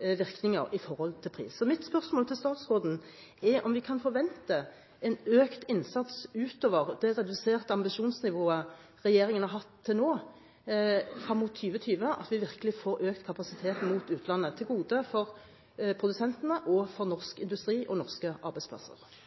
virkninger på pris. Mitt spørsmål til statsråden er om vi kan forvente en økt innsats utover det reduserte ambisjonsnivået regjeringen har hatt til nå, frem mot 2020, at vi virkelig får økt kapasiteten mot utlandet, til gode for produsentene og for norsk industri og norske arbeidsplasser.